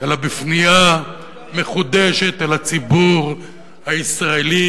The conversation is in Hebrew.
אלא בפנייה מחודשת אל הציבור הישראלי,